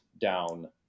down